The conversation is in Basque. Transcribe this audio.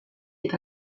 eta